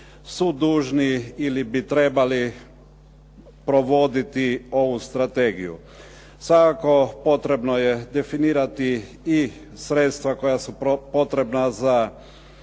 su dužni ili bi trebali provoditi ovu strategiju. Svakako, potrebno je definirati i sredstva koja su potrebna za